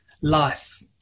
life